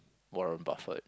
Warren-Buffett